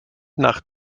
nach